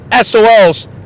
SOLs